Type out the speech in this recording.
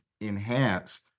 enhance